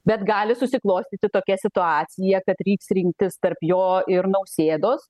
bet gali susiklostyti tokia situacija kad reiks rinktis tarp jo ir nausėdos